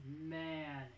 man